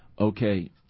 Okay